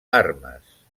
armes